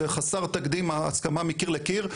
זה חסר תקדים ההסכמה מקיר לקיר,